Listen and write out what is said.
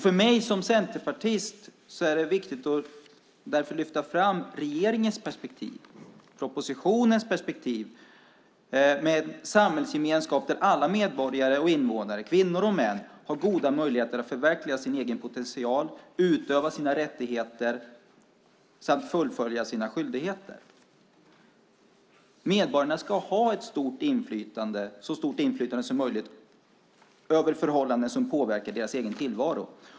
För mig som centerpartist är det därför viktigt att lyfta fram regeringens och propositionens perspektiv: en samhällsgemenskap där alla medborgare, invånare - både kvinnor och män - har goda möjligheter att förverkliga sin egen potential samt att utöva sina rättigheter och fullfölja sina skyldigheter. Medborgarna ska ha ett så stort inflytande som möjligt över förhållanden som påverkar deras egen tillvaro.